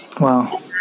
Wow